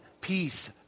peace